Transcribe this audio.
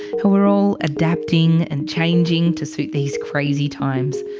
how we're all adapting and changing to suit these crazy times.